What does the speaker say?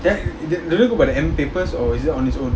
that do they go by the M papers or is it on its own